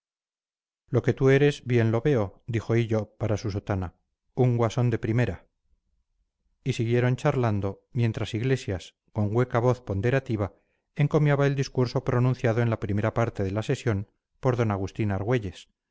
lo que tú eres bien lo veo dijo hillo para su sotana un guasón de primera y siguieron charlando mientras iglesias con hueca voz ponderativa encomiaba el discurso pronunciado en la primera parte de la sesión por d agustín argüelles